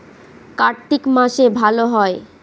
কার্তিক মাসে ভালো হয়?